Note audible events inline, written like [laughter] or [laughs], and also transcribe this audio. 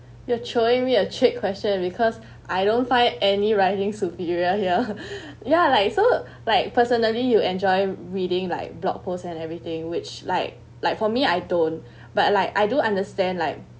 you're throwing me a trick question because I don't find any writing superior here [laughs] ya like so like personally you enjoy reading like blog posts and everything which like like for me I don't but like I do understand like